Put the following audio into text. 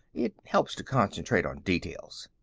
it helps to concentrate on details.